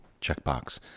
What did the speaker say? checkbox